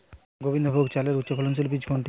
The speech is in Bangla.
গোবিন্দভোগ চালের উচ্চফলনশীল বীজ কোনটি?